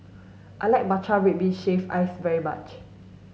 I like Matcha Red Bean Shaved Ice very much